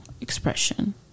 expression